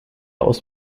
aus